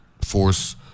force